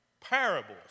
parables